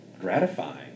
gratifying